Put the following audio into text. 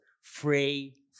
free